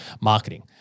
marketing